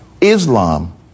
Islam